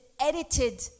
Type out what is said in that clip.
edited